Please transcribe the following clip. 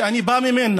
שאני בא ממנה,